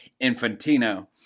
Infantino